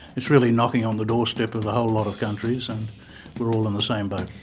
it's really knocking on the doorstep of a whole lot of countries and we're all in the same boat.